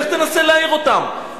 לך תנסה להעיר אותם.